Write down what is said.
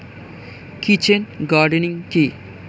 Kitchen gardening কি?